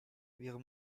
wir